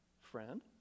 friend